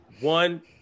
One